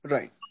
Right